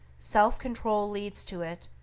self-control leads to it,